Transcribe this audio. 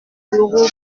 bureau